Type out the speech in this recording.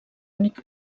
únic